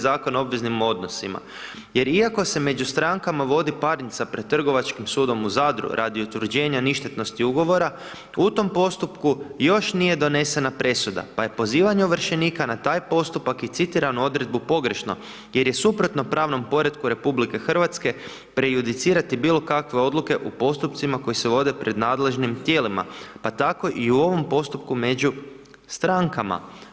Zakona o obveznim odnosima jer iako se među strankama vodi parnica pred Trgovačkim sudom u Zadru radi utvrđenja ništetnosti Ugovora, u tom postupku još nije donesena presuda, pa je pozivanje ovršenika na taj postupak i citiranu odredbu pogrešno jer je suprotno pravnom poretku RH prejudicirati bilo kakve odluke u postupcima koji se vode pred nadležnim tijelima, pa tako i u ovom postupku među strankama.